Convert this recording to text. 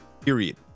period